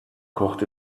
kocht